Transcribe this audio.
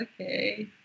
okay